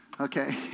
Okay